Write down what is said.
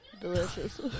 Delicious